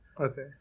Okay